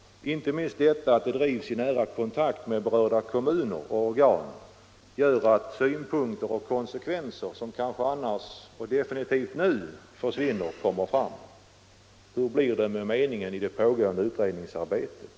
Inte minst detta att de drivs i nära kontakt med berörda kommuner och organ gör att synpunkter och konsekvenser, som kanske annars och definitivt nu försvinner, kommer fram. Hur blir det med meningen i det pågående utredningsarbetet?